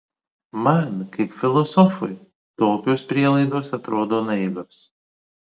man kaip filosofui tokios prielaidos atrodo naivios